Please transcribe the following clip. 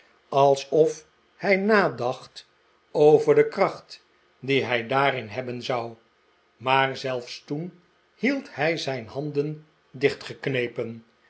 alsof hij nadacht over de kracht die hij daarin hebben zou maar zelfs toen hield hij zijn handen